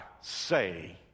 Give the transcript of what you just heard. say